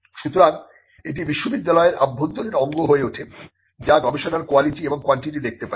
সুতরাং এটি বিশ্ববিদ্যালয়ের অভ্যন্তরীণ অঙ্গ হয়ে ওঠে যা গবেষণার কোয়ালিটি এবং কোয়ান্টিটি দেখতে পারে